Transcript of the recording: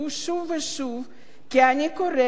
כי אני קוראת להתעוררות